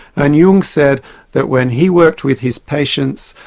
and jung said that when he worked with his patients,